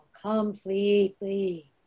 completely